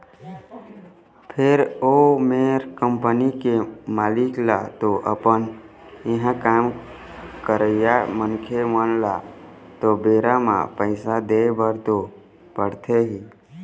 फेर ओ मेर कंपनी के मालिक ल तो अपन इहाँ काम करइया मनखे मन ल तो बेरा म पइसा देय बर तो पड़थे ही